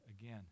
again